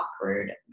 awkward